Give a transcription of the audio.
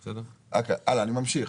הלאה, אני ממשיך.